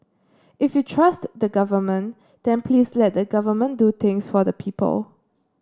if you trust the Government then please let the Government do things for the people